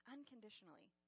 Unconditionally